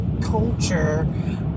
culture